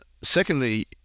Secondly